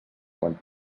quan